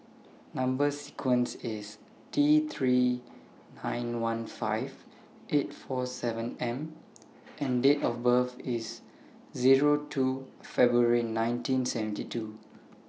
Number sequence IS T three nine one five eight four seven M and Date of birth IS Zero two February nineteen seventy two